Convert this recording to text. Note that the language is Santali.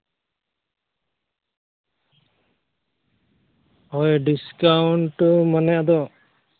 ᱦᱳᱭ ᱰᱤᱥᱠᱟᱣᱩᱱᱴ ᱫᱚ ᱢᱟᱱᱮ ᱟᱫᱚ